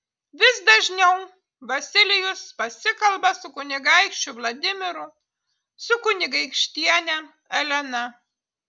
vis dažniau vasilijus pasikalba su kunigaikščiu vladimiru su kunigaikštiene elena